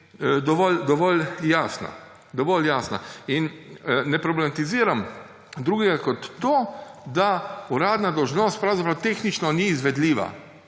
Dovolj jasna. In ne problematiziram drugega kot to, da uradna dolžnost pravzaprav tehnično ni izvedljiva,